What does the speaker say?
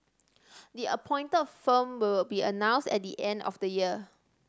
the appointed firm will be announced at the end of the year